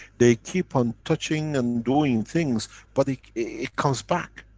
they keep on touching and doing things but like it comes back,